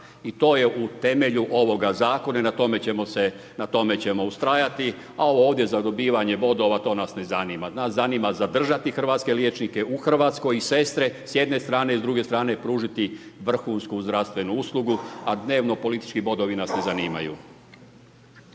i to je u temelju ovoga Zakona i na tome ćemo se, na tome ćemo ustrajati, a ovo ovdje za dobivanje bodova, to nas ne zanima. Nas zanima zadržati hrvatske liječnike u Hrvatskoj i sestre s jedne strane. S druge strane pružiti vrhunsku zdravstvenu uslugu, a dnevno politički bodovi nas ne zanimaju.